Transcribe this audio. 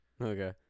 Okay